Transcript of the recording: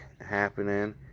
happening